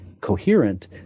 coherent